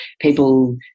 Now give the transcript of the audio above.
people